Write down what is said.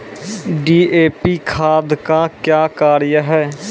DAP खाद का क्या कार्य हैं?